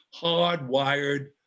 hardwired